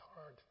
hard